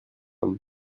femmes